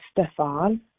Stefan